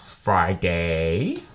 Friday